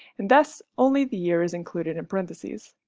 and thus only the year is included in parentheses.